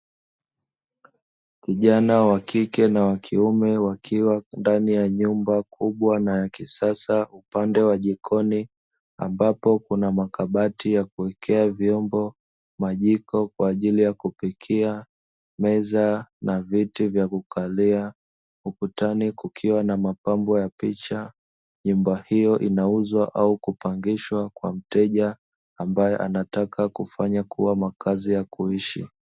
Vijana wa kike na wakiume wakiwa ndani ya nyumba kubwa na ya kisasa upande wa jikoni ambapo kuna makabati yakuwekea vyombo, majiko kwaajili ya kupikia, meza na viti vya kukalia. Ukutani kukiwa na mapambo ya picha. Nyumba hiyo inauzwa au kupangishwa kwa mteja ambaye anataka kufanya kuwa makazi ya kuishi.